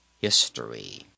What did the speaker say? history